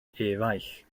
eraill